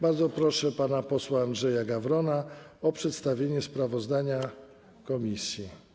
Bardzo proszę pana posła Andrzeja Gawrona o przedstawienie sprawozdania komisji.